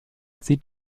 sieht